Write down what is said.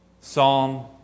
Psalm